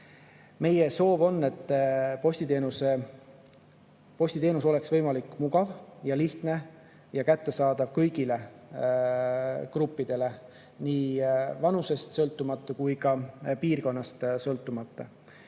Meie soov on, et postiteenus oleks võimalikult mugav, lihtne ja kättesaadav kõigile gruppidele nii vanusest kui ka piirkonnast sõltumata.